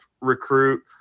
recruit